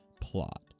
plot